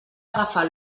agafar